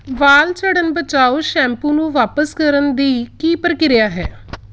ਵਾਲ ਝੜਨ ਬਚਾਓ ਸ਼ੈਂਪੂ ਨੂੰ ਵਾਪਸ ਕਰਨ ਦੀ ਕੀ ਪ੍ਰਕਿਰਿਆ ਹੈ